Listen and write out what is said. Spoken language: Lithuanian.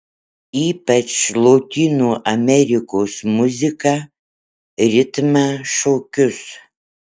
ypač lotynų amerikos muziką ritmą šokius